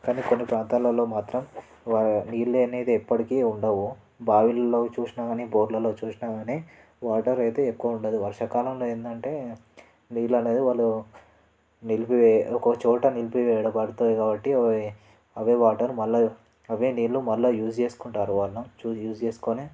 కానీ కొన్ని ప్రాంతాలలో మాత్రం నీళ్ళు అనేది ఎప్పటికీ ఉండదు బావిల్లో చూసినా గానీ బోర్లలో చూసినా గానీ వాటర్ అయితే ఎక్కువ ఉండదు వర్షాకాలంలో ఏందంటే నీళ్ళు అనేది వాళ్ళు నిలిపివే ఒక్కొక్క చోట నిలిపివేయడ పడతాయి కాబ్బటి అవి అవే వాటర్ మళ్ళా అవే నీళ్ళు మళ్ళా యూస్ చేస్కుంటారు వాళ్ళు చు యూస్ చేస్కొని